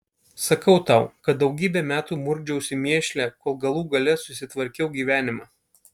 sakau tau kad daugybę metų murkdžiausi mėšle kol galų gale susitvarkiau gyvenimą